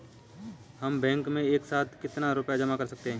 हम बैंक में एक साथ कितना रुपया जमा कर सकते हैं?